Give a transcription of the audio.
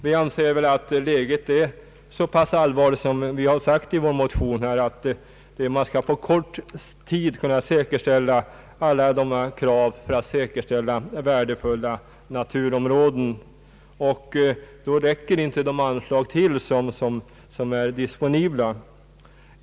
Vi anser, som vi framhållit i vår motion, att läget är allvarligt och att man på kort tid bör kunna uppfylla krav på att samhället säkerställer värdefulla naturområden. Då räcker inte de nu disponibla anslagen till.